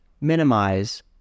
minimize